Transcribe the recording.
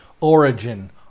origin